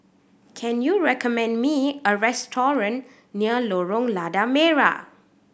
can you recommend me a restaurant near Lorong Lada Merah